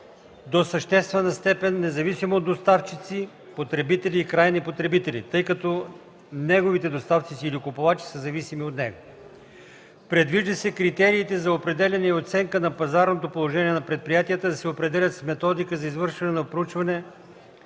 до съществена степен независимо от доставчици, потребители и крайни потребители, тъй като неговите доставчици или купувачи са зависими от него. Предвижда се критериите за определяне и оценка на пазарното положение на предприятията да се определят в Методика за извършване на проучване